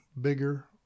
bigger